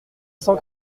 cent